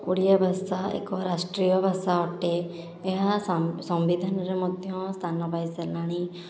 ଓଡ଼ିଆ ଭାଷା ଏକ ରାଷ୍ଟ୍ରୀୟ ଭାଷା ଅଟେ ଏହା ସମ୍ବିଧାନରେ ମଧ୍ୟ ସ୍ଥାନ ପାଇସାରିଲାଣି